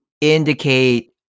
Indicate